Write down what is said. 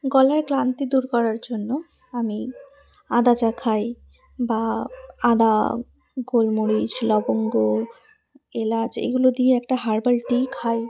গলার ক্লান্তি দূর করার জন্য আমি আদা চা খাই বা আদা গোলমরিচ লবঙ্গ এলাচ এগুলো দিয়ে একটা হার্বাল টি খাই